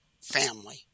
family